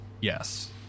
Yes